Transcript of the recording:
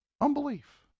Unbelief